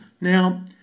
Now